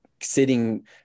sitting